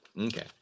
okay